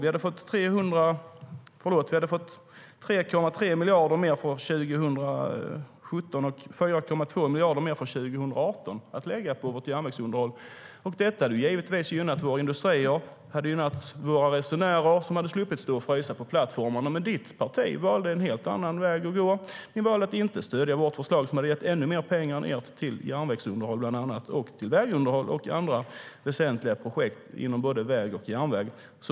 Vi hade fått 3,3 miljarder mer från 2017 och 4,2 miljarder mer från 2018 att lägga på järnvägsunderhåll. Detta hade givetvis gynnat våra industrier. Det hade gynnat våra resenärer, som hade sluppit stå och frysa på plattformarna. Men ditt parti, Pia Nilsson, valde en helt annan väg att gå. Ni valde att inte stödja vårt förslag, som hade gett ännu mer än ert till järnvägsunderhåll och även till vägunderhåll och andra väsentliga projekt inom både väg och järnväg.